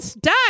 die